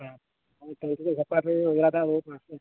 ᱦᱮᱸ ᱚᱡᱽᱨᱟ ᱫᱟᱜ ᱚᱫᱚᱠᱚᱜ ᱠᱟᱱᱟ ᱥᱮ